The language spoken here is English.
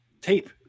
tape